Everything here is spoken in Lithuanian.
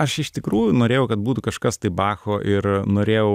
aš iš tikrųjų norėjau kad būtų kažkas tai bacho ir norėjau